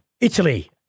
Italy